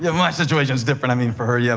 yeah my situation is different. i mean for her, yeah